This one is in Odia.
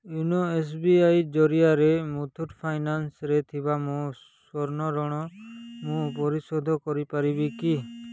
ୟୋନୋ ଏସ୍ ବି ଆଇ ଜରିଆରେ ମୁଥୁଟ୍ ଫାଇନାନ୍ସରେ ଥିବା ମୋ ସ୍ଵର୍ଣ୍ଣ ଋଣ ମୁଁ ପରିଶୋଧ କରିପାରିବି କି